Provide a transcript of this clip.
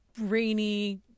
rainy